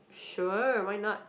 sure why not